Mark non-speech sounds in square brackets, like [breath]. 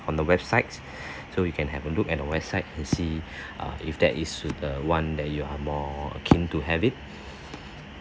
on the websites [breath] so you can have a look at the website to see err if that is the one that you are more err keen to have it